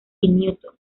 newton